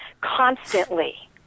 constantly